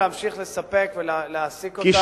התחייבנו להמשיך לספק, ולהעסיק אותם.